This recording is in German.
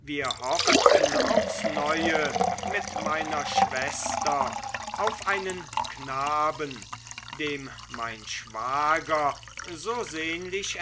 wir hofften aufs neue mit meiner schwester auf einen knaben dem mein schwager so sehnlich